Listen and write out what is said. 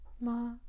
ma